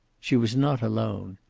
she was not alone.